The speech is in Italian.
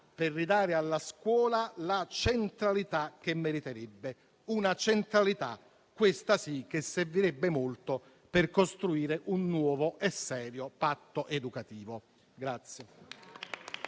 per ridare alla scuola la centralità che meriterebbe e che invece, questo sì, servirebbe molto per costruire un nuovo e serio patto educativo.